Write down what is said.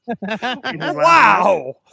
Wow